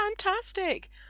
Fantastic